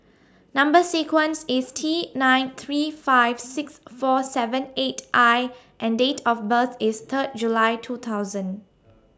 Number sequence IS T nine three five six four seven eight I and Date of birth IS Third July two thousand